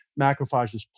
macrophages